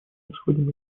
исходим